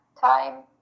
time